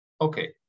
okay